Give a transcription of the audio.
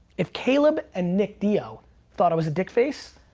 if caleb and nick dio thought i was a dick face,